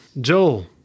Joel